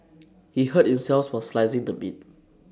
he hurt him selves while slicing the meat